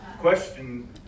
Question